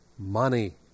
Money